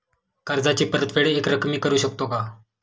कर्जाची परतफेड एकरकमी करू शकतो का?